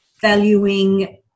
valuing